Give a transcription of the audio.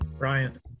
ryan